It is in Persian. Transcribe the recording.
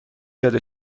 پیاده